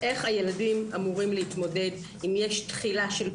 איך הילדים אמורים להתמודד אם יש תחילה של פגיעה,